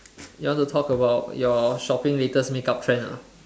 you want to talk about your shopping latest make up trend or not